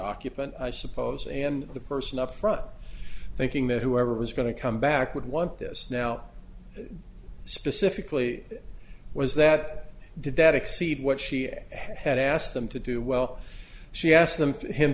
occupant i suppose and the person up front thinking that whoever was going to come back would want this now specifically was that did that exceed what she had asked them to do well she asked them